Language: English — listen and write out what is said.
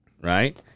right